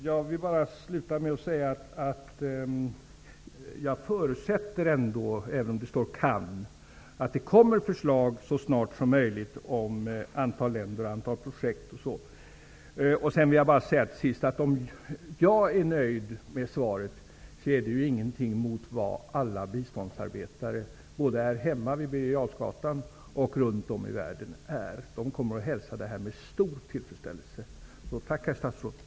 Fru talman! Jag vill avslutningsvis säga att jag förutsätter, även om det står kan, att det kommer förslag så snart som möjligt om antal länder och antal projekt. Om jag är nöjd med svaret är det ingenting mot vad alla biståndsarbetare är både här hemma vid Birger Jarlsgatan och runt om i världen. De kommer att hälsa detta med stor tillfredsställelse. Tack, herr statsrådet!